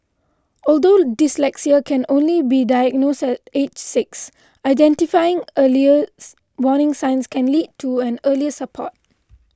although dyslexia can only be diagnosed at age six identifying early warning signs can lead to earlier support